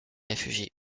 réfugient